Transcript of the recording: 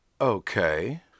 Okay